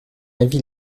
avis